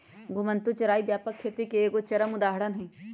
घुमंतू चराई व्यापक खेती के एगो चरम उदाहरण हइ